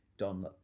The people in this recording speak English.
Don